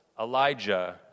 Elijah